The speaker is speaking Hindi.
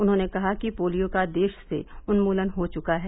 उन्हॉने कहा कि पोलियो का देश से उन्मूलन किया जा चुका है